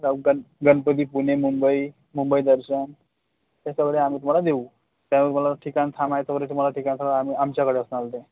गण गणपती पुणे मुंबई मुंबई दर्शन हे सगळे आम्ही तुम्हाला देऊ त्यामुळे तुम्हाला ठिकाण थांबायचं वगैरे तुम्हाला ठिकाण सगळं आम् आमच्याकडे असणार ते